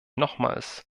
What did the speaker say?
nochmals